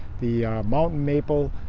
the maple maple,